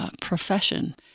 profession